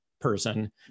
person